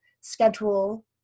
schedule